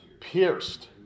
pierced